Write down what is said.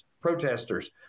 protesters